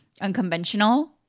unconventional